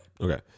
Okay